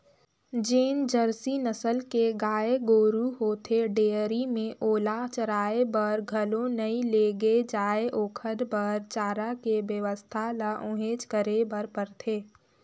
जेन जरसी नसल के गाय गोरु होथे डेयरी में ओला चराये बर घलो नइ लेगे जाय ओखर बर चारा के बेवस्था ल उहेंच करे बर परथे